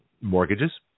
mortgages